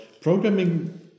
programming